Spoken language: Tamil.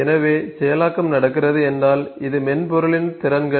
எனவே செயலாக்கம் நடக்கிறது என்றால் இது மென்பொருளின் திறன்கள்